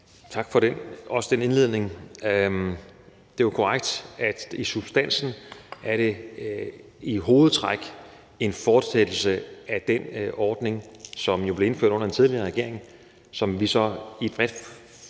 tak for den indledning. Det er jo korrekt, at i substansen er det i hovedtræk en fortsættelse af den ordning, som jo blev indført under den tidligere regering, og som vi så med et